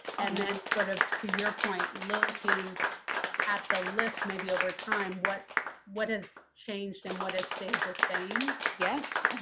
and then sort of to your point, looking at the list maybe over time, what what has changed and what has stayed the same? yes.